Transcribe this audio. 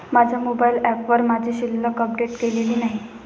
माझ्या मोबाइल ऍपवर माझी शिल्लक अपडेट केलेली नाही